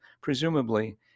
presumably